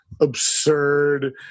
absurd